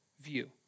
view